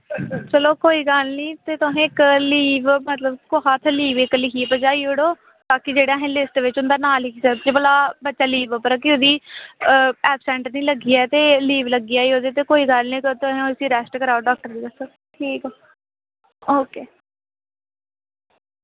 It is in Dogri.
चलो कोई गल्ल नेईं ते तुसें इक लीव मतलब कुसै हत्थ लीव इक लिखियै भजाई ओड़ओ बाकि जेह्ड़ा असें लिस्ट बिच उं'दा नां लिखी सकदे कि भला बच्चा लीव उप्पर ऐ कि उ'दी ऐब्सेंट निं लग्गी जा ते लीव लग्गी जाए उ'दी ते कोई गल्ल निं ते तुसें उस्सी रैस्ट कराओ डाक्टर गी दस्सो ठीक ओके